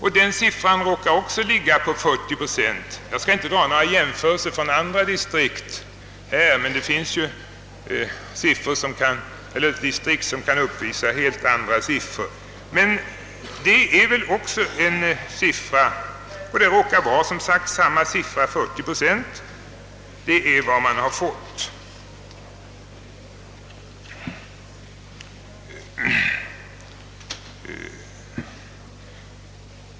Här råkar det också röra sig om 40 procent. Jag skall inte göra några jämförelser med andra distrikt, men det finns distrikt som kan uppvisa helt andra siffror.